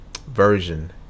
version